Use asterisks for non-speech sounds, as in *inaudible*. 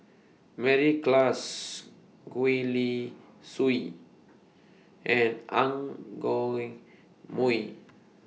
Mary Klass Gwee Li Sui and Ang *unintelligible* Mooi